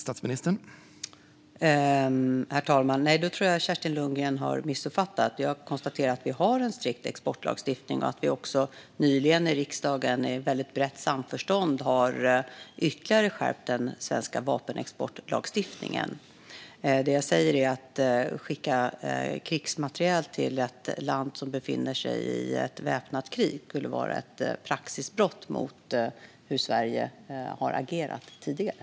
Herr talman! Då tror jag att Kerstin Lundgren har missuppfattat. Jag konstaterar att vi har en strikt vapenexportlagstiftning och att vi nyligen i riksdagen har skärpt den ytterligare i väldigt brett samförstånd. Att skicka krigsmateriel till ett land som befinner sig i väpnat krig skulle vara ett praxisbrott mot hur Sverige agerat tidigare.